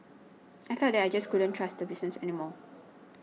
I felt that I just couldn't trust the business any more